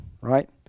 right